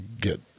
get